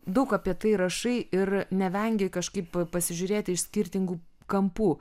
daug apie tai rašai ir nevengi kažkaip pasižiūrėti iš skirtingų kampų